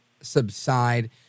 subside